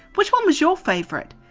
which one was your favourite?